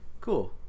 Cool